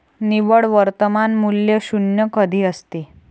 निव्वळ वर्तमान मूल्य शून्य कधी असते?